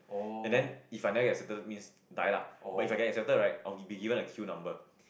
and then if I never get accepted means die lah but if I get accepted right I will be given a queue number